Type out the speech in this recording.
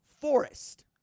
Forest